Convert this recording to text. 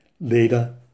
Later